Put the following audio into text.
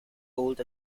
old